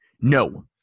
No